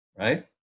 right